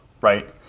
right